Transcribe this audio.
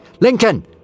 Lincoln